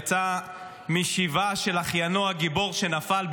יצא משבעה של אחיינו הגיבור שנפל,